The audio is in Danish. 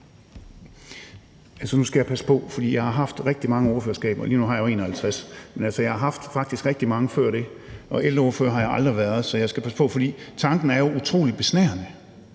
nu skal jeg passe på – jeg har haft rigtig mange ordførerskaber, og lige nu har jeg jo 51, men jeg har faktisk haft rigtig mange før det, og ældreordfører har jeg aldrig været, så jeg skal passe på, for tanken er jo utrolig besnærende.